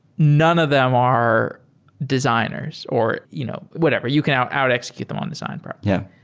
none of them are designers or you know whatever. you can out out execute them on design part. yeah.